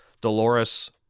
Dolores